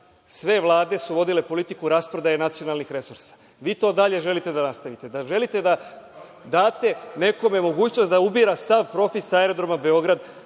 sve vlade su vodile politiku o rasprodaji nacionalnih resursa. Vi to dalje želite da nastavite. Želite da date nekome mogućnost da ubira sav profit sa aerodroma Beograd,